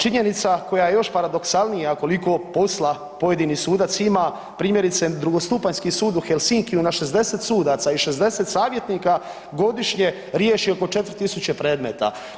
Činjenica koja je još paradoksalnija koliko posla pojedini sudac ima, primjerice drugostupanjski sud u Helsinkiju na 60 sudaca i 60 savjetnika godišnje riješi oko 4.000 predmeta.